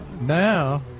now